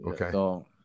Okay